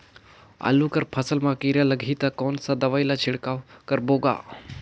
आलू कर फसल मा कीरा लगही ता कौन सा दवाई ला छिड़काव करबो गा?